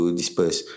disperse